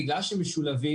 בגלל שהם משולבים,